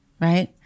right